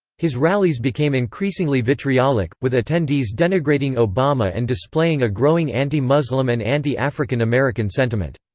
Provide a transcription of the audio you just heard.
his rallies became increasingly vitriolic, with attendees denigrating obama and displaying a growing anti-muslim and anti-african-american sentiment.